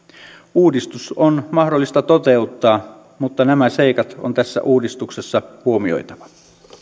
uudistus on mahdollista toteuttaa mutta nämä seikat on tässä uudistuksessa huomioitava